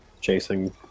chasing